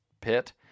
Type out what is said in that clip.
pit